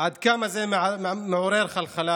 עד כמה זה מעורר חלחלה,